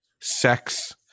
sex